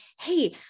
hey